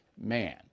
man